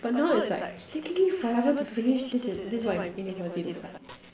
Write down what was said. but now it's like it's taking me forever to finish this is this what inequality looks like